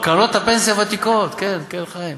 קרנות הפנסיה הוותיקות, כן כן, חיים.